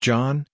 John